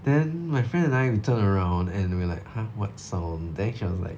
then my friend and I we turn around and we're like !huh! what sound then he was like